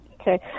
Okay